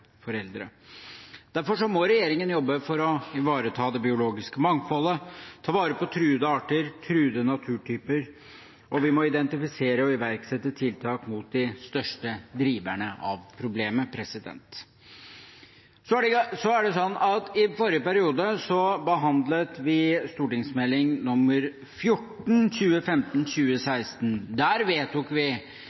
foreldre. Derfor må regjeringen jobbe for å ivareta det biologiske mangfoldet, ta vare på truede arter og truede naturtyper, og vi må identifisere og iverksette tiltak mot de største driverne av problemet.